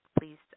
Please